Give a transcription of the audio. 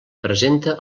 presenta